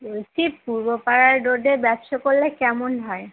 বলছি পূর্ব পাড়ার রোডে ব্যবসা করলে কেমন হয়